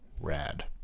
Rad